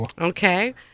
Okay